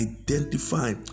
identify